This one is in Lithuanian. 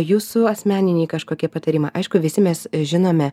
jūsų asmeniniai kažkokie patarimai aišku visi mes žinome